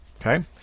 Okay